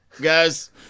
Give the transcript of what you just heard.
guys